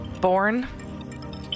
Born